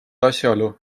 asjaolu